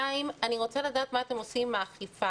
אני רוצה לדעת מה אתם עושים עם האכיפה